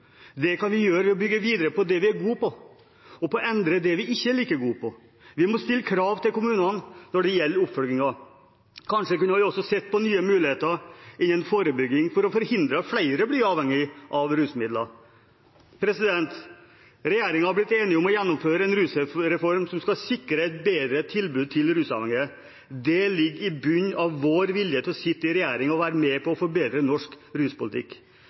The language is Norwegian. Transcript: Det kan vi gjøre ved å bygge videre på det vi er gode til, og ved å endre det vi ikke er like gode til. Vi må stille krav til kommunene når det gjelder oppfølgingen. Kanskje kunne vi også sett på nye muligheter innenfor forebygging for å forhindre at flere blir avhengige av rusmidler. Regjeringen har blitt enig om å gjennomføre en rusreform som skal sikre et bedre tilbud til rusavhengige. Det ligger i bunn for vår vilje til å sitte i regjering og være med på å forbedre norsk ruspolitikk.